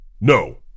No